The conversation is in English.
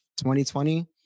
2020